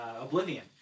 Oblivion